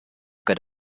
good